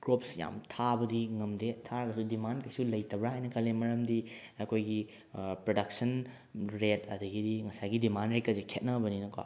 crops ꯌꯥꯝ ꯊꯥꯕꯗꯤ ꯉꯝꯗꯦ ꯊꯥꯔꯒꯁꯨ ꯗꯤꯃꯥꯟ ꯀꯔꯤꯁꯨ ꯂꯩꯇꯕꯔ ꯍꯥꯏꯅ ꯈꯜꯂꯦ ꯃꯔꯝꯗꯤ ꯑꯩꯈꯣꯏꯒꯤ ꯄ꯭ꯔꯗꯛꯁꯟ ꯔꯦꯠ ꯑꯗꯨꯗꯒꯤꯗꯤ ꯉꯁꯥꯏꯒꯤ ꯗꯤꯃꯥꯟ ꯔꯦꯠꯀꯁꯦ ꯈꯦꯅꯕꯅꯤꯅꯀꯣ